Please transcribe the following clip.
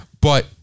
but-